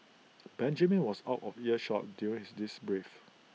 Benjamin was out of earshot during this brief